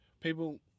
people